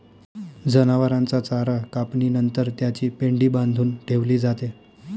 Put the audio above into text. जनावरांचा चारा कापणी नंतर त्याची पेंढी बांधून ठेवली जाते